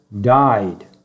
died